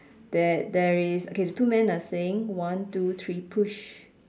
that there is okay the two men are saying one two three push